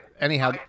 anyhow